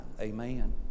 Amen